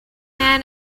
man